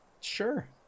Sure